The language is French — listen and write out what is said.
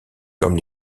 comme